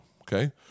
okay